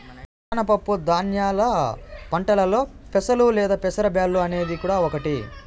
ప్రధాన పప్పు ధాన్యాల పంటలలో పెసలు లేదా పెసర బ్యాల్లు అనేది కూడా ఒకటి